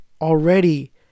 already